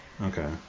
Okay